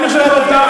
זאת עובדה.